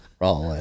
Raw